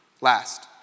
Last